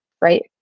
Right